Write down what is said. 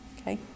okay